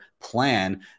plan